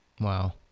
Wow